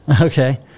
Okay